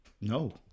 No